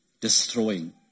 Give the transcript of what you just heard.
Destroying